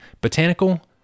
botanical